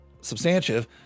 substantive